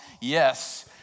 yes